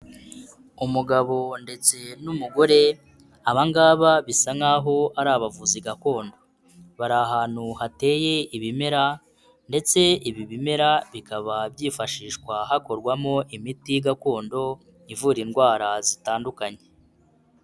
Umugabo ndetse n'umugore, aba ngaba bisa nk'aho ari abavuzi gakondo. Bari ahantu hateye ibimera ndetse ibi bimera bikaba byifashishwa hakorwamo imiti gakondo ivura indwara zitandukanye.